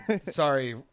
Sorry